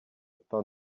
pain